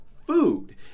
food